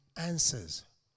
answers